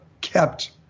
kept